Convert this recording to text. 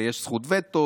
ויש זכות וטו,